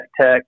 Tech